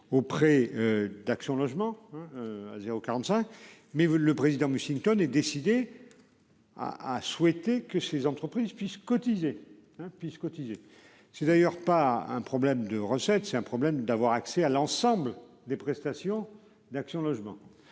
Auprès d'Action Logement. À 0 45. Mais vous le président Mussington et décidé. À à souhaiter que ces entreprises puissent cotiser hein puissent cotiser. C'est d'ailleurs pas un problème de recettes. C'est un problème d'avoir accès à l'ensemble des prestations d'Action Logement.